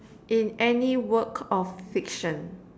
in any word of fiction